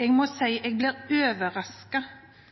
Jeg må si at jeg blir